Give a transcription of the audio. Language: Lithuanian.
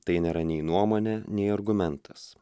tai nėra nei nuomonė nei argumentas